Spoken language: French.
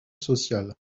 sociale